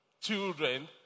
children